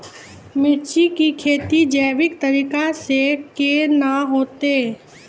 मिर्ची की खेती जैविक तरीका से के ना होते?